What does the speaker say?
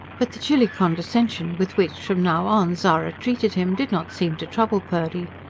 but the chilly condescension with which, from now on, zara treated him did not seem to trouble purdy.